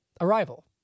arrival